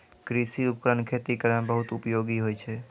कृषि उपकरण खेती करै म बहुत उपयोगी होय छै